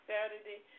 Saturday